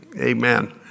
Amen